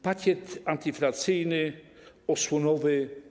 Pakiet antyinflacyjny, osłonowy.